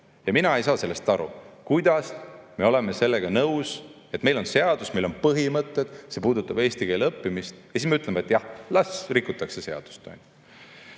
Mina ei saa sellest aru. Kuidas me oleme sellega nõus, et meil on seadus, meil on põhimõtted, see puudutab eesti keele õppimist, ja siis me ütleme, et jah, las rikutakse seadust?